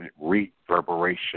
reverberation